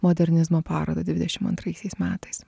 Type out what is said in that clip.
modernizmo parodą dvidešim antraisiais metais